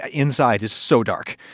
ah inside is so dark.